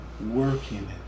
working